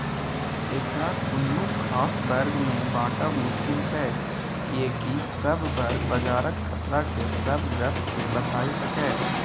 एकरा कुनु खास वर्ग में बाँटब मुश्किल छै कियेकी सब वर्ग बजारक खतरा के सब गप के बताई सकेए